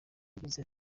yagize